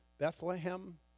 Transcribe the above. Bethlehem